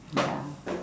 ya